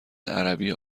عربی